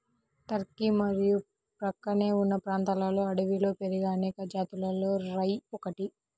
Turkey మరియు ప్రక్కనే ఉన్న ప్రాంతాలలో అడవిలో పెరిగే అనేక జాతులలో రై ఒకటి